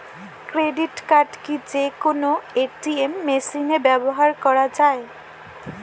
Credit card কি যে কোনো এ.টি.এম মেশিনে ব্যবহার করা য়ায়?